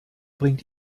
bringt